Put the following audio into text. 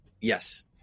yes